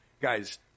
Guys